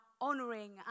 honoring